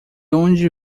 onde